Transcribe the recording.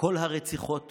כל הרציחות